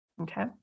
Okay